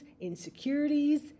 insecurities